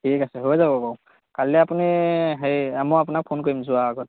ঠিক আছে হৈ যাব বাউ কালিলৈ আপুনি সেই মই আপোনাক ফোন কৰিম যোৱা আগত